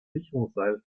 sicherungsseil